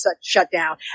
shutdown